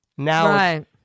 Now